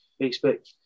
Facebook